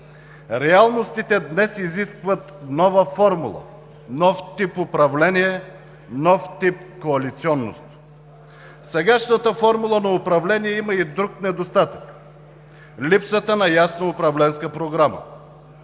Реалностите днес изискват нова формула, нов тип управление, нов тип коалиционност. Сегашната формула на управление има и друг недостатък – липсата на ясна управленска програма.